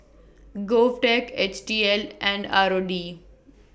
Govtech H T L and R O D